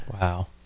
Wow